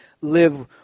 live